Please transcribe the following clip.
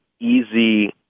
easy